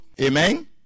Amen